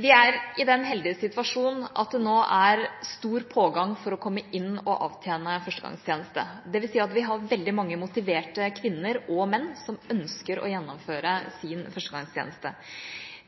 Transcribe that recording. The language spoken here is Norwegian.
Vi er i den heldige situasjon at det nå er stor pågang for å komme inn og avtjene førstegangstjeneste. Det vil si at vi har veldig mange motiverte kvinner og menn som ønsker å gjennomføre sin førstegangstjeneste.